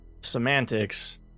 semantics